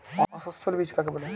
অসস্যল বীজ কাকে বলে?